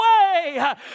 away